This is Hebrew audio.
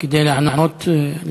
כדי לענות?